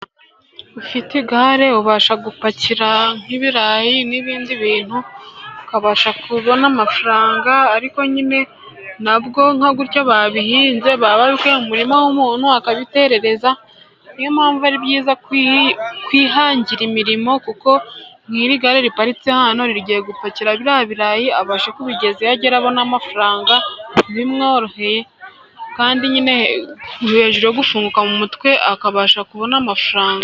Ufite igare ubasha gupakira nk'ibirayi n'ibindi bintu, ukabasha kubona amafaranga, ariko nyine na bwo nka gutyo babihinze baba babikuye mu murima w'umuntu akabiterereza, ni yo mpamvu ari byiza kwihangira imirimo kuko nk'iri gare riparitse hano rigiye gupakira biriya birayi, abashe kubigeza iyo agera abona amafaranga bimworoheye, kandi nyine hejuru yo gufunguka mu mutwe akabasha kubona amafaranga.